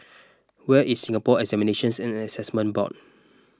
where is Singapore Examinations and Assessment Board